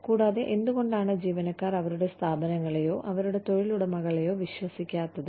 കൂടാതെ എന്തുകൊണ്ടാണ് ജീവനക്കാർ അവരുടെ സ്ഥാപനങ്ങളെയോ അവരുടെ തൊഴിലുടമകളെയോ വിശ്വസിക്കാത്തത്